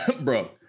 Bro